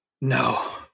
No